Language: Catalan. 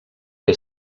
que